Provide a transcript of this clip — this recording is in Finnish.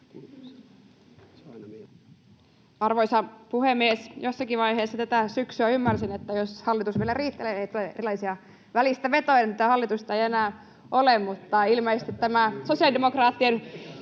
Arvoisa puhemies! Jossakin vaiheessa tätä syksyä ymmärsin, että jos hallitus vielä riitelee ja tulee erilaisia välistävetoja, niin tätä hallitusta ei enää ole, mutta ilmeisesti tämä sosiaalidemokraattien